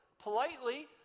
politely